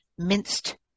minced